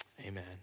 amen